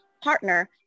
partner